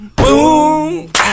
boom